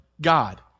God